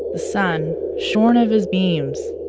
sun, shorn of his beams,